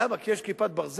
למה, כי יש "כיפת ברזל"?